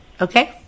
Okay